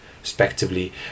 respectively